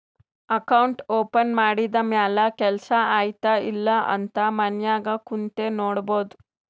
account open ಮಾಡಿದ ಮ್ಯಾಲ ಕೆಲ್ಸಾ ಆಯ್ತ ಇಲ್ಲ ಅಂತ ಮನ್ಯಾಗ್ ಕುಂತೆ ನೋಡ್ಬೋದ್